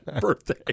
Birthday